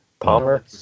Palmer